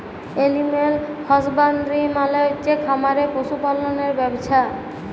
animal husbandry মালে হচ্ছে খামারে পশু পাললের ব্যবছা